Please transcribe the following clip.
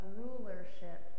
rulership